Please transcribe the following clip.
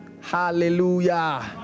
Hallelujah